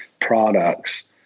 products